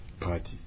party